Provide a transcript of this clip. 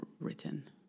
written